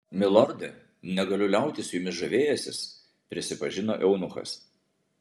milorde negaliu liautis jumis žavėjęsis prisipažino eunuchas